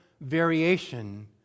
variation